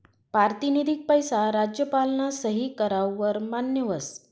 पारतिनिधिक पैसा राज्यपालना सही कराव वर मान्य व्हस